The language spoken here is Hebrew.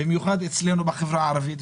במיוחד אצלנו בחברה הערבית,